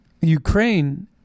Ukraine